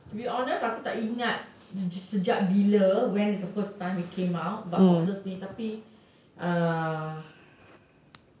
to be honest aku tak ingat sejak bila when is the first time they came out but otters ni tapi uh